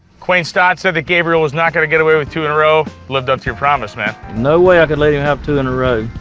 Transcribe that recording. quain stott said that gabriel was not going to get away with two in a row, lived up to your promise man. no way i could let him have two in a row.